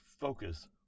focus